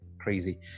crazy